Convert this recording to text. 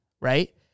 right